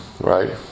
right